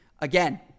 Again